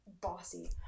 bossy